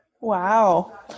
Wow